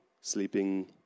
sleeping